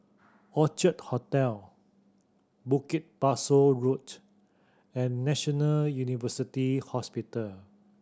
Orchard Hotel Bukit Pasoh Road and National University Hospital